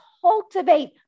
cultivate